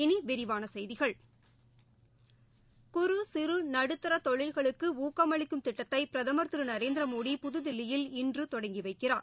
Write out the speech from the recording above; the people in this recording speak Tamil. இனி விரிவான செய்திகள் குறு சிறு நடுத்தர தொழில்களுக்கு ஊக்கம் அளிக்கும் திட்டத்தை பிரதமர் திரு நரேந்திரமோடி புதுதில்லியில் இன்று தொடங்கி வைக்கிறார்